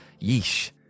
yeesh